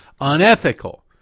unethical